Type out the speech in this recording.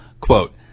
quote